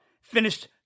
finished